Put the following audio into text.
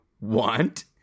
want